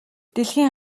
дэлхийн